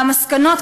והמסקנות,